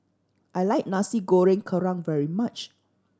I like Nasi Goreng Kerang very much